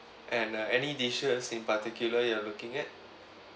and uh any dishes in particular you are looking at